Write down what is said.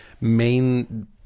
main